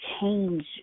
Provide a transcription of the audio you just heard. change